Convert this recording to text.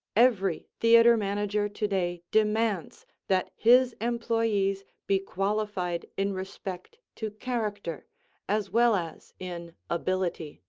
every theatre manager today demands that his employees be qualified in respect to character as well as in ability.